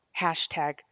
Hashtag